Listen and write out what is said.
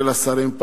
כולל השרים.